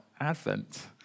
Advent